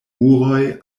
muroj